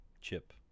chip